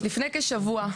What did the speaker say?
לפני כשבוע,